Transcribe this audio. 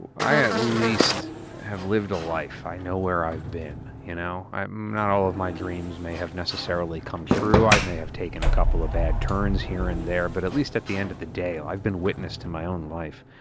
but i at least have lived a life. i know where i've been. you know not all of my dreams may have necessarily come true, i may have taken a couple of bad turns here and there, but at least at the end of the day, i've been witness to my own life.